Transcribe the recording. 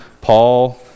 Paul